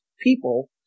people